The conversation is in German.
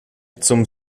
zum